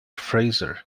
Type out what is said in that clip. fraser